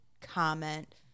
comment